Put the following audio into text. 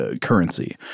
currency